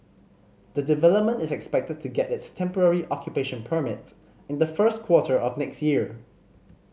the development is expected to get its temporary occupation permit in the first quarter of next year